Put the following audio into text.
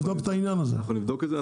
אנחנו נבדוק את זה.